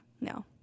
no